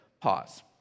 Pause